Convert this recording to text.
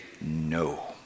no